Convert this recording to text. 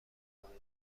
زمستان